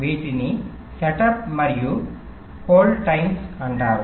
వీటిని సెటప్ మరియు hold times అంటారు